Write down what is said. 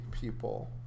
people